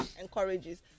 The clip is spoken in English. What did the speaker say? encourages